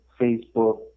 Facebook